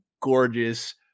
gorgeous